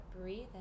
Breathe